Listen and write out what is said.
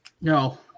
No